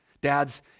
dads